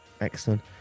excellent